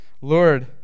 Lord